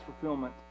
fulfillment